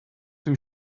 two